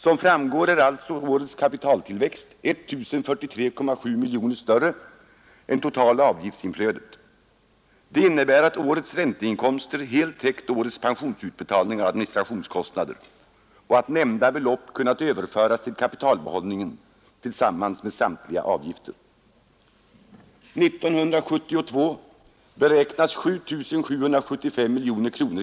——— Som framgår är alltså årets kapitaltillväxt I 043,7 mkr. större än totala avgiftsflödet. Det innebär att årets ränteinkomster helt täckt årets pensionsutbetalningar och administrationskostnader och att nämnda belopp kunnat överföras till kapitalbehållningen tillsammans med samtliga avgifter. År 1972 beräknas 7 775 mkr.